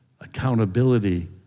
accountability